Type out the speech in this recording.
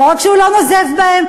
לא רק שהוא לא נוזף בהם,